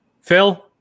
Phil